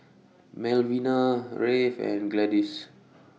Melvina Rafe and Gladys